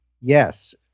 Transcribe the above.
Yes